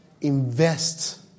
invest